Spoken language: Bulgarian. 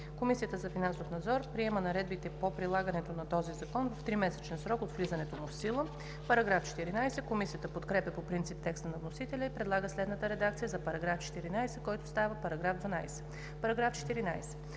Комисията за финансов надзор приема наредбите по прилагането на този закон в тримесечен срок от влизането му в сила.“ Комисията подкрепя по принцип текста на вносителя и предлага следната редакция за § 14, който става § 12: „§ 12.